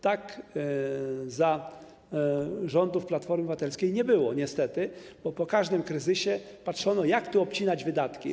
Tak za rządów Platformy Obywatelskiej niestety nie było, bo po każdym kryzysie patrzono, jak tu obcinać wydatki.